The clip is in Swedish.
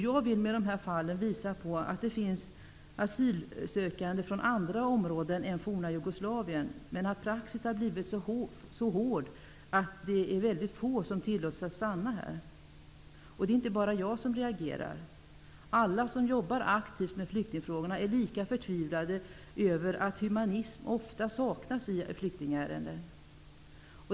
Jag vill med dessa fall visa att det finns asylsökande från andra områden än forna Jugoslavien, men att praxis har blivit så hård att få tillåts stanna. Det är inte bara jag som reagerar -- alla som jobbar aktivt med flyktingfrågor är lika förtvivlade över att humanism ofta saknas i flyktingärenden.